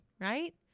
Right